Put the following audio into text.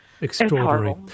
extraordinary